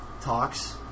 talks